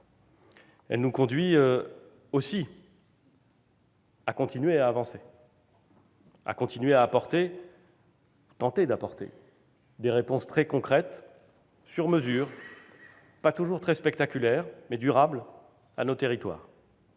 Elle nous conduit aussi à continuer à avancer, à continuer à apporter- tenter d'apporter -des réponses très concrètes, sur mesure, pas toujours très spectaculaires, mais durables, à nos territoires,